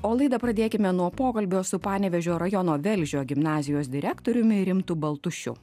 o laidą pradėkime nuo pokalbio su panevėžio rajono velžio gimnazijos direktoriumi rimtu baltušiu